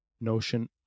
notion